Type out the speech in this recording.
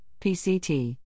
PCT